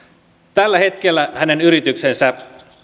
tällä hetkellä hänen yrityksensä